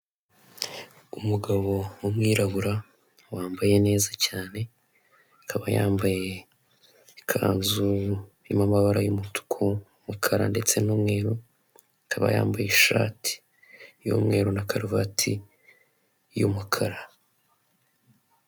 Umugabo w'umwirabura wambaye neza cyane akaba yambaye ikanzu irimo amabara y'umutuku, umukara ndetse n'umweru, akaba yambaye ishati y'umweru na karuvati y'umukara.